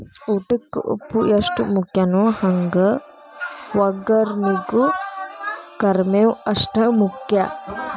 ಊಟಕ್ಕ ಉಪ್ಪು ಎಷ್ಟ ಮುಖ್ಯಾನೋ ಹಂಗ ವಗ್ಗರ್ನಿಗೂ ಕರ್ಮೇವ್ ಅಷ್ಟ ಮುಖ್ಯ